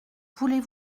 voulez